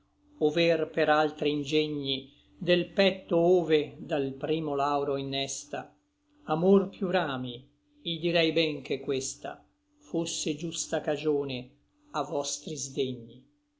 over per altri ingegni del petto ove dal primo lauro innesta amor piú rami i direi ben che questa fosse giusta cagione a vostri sdegni